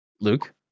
Luke